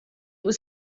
was